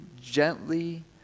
gently